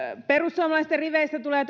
perussuomalaisten riveistä tulee